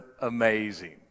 amazing